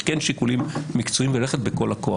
אבל כן שיקולים מקצועיים וללכת בכל הכוח.